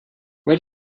where